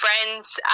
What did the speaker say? friends